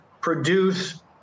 produce